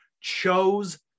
chose